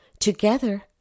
Together